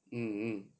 mm mm